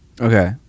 Okay